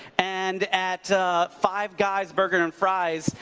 and at five guys burger and fries,